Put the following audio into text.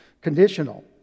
conditional